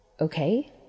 Okay